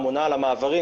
אמונה על המעברים.